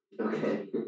Okay